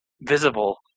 visible